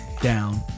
down